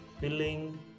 filling